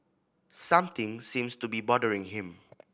something seems to be bothering him